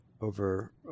over